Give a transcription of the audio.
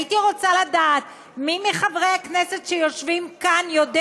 הייתי רוצה לדעת מי מחברי הכנסת שיושבים כאן יודע,